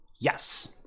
Yes